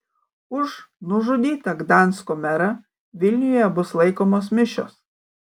už nužudytą gdansko merą vilniuje bus laikomos mišios